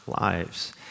lives